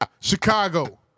Chicago